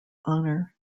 honor